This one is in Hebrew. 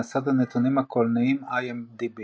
במסד הנתונים הקולנועיים IMDb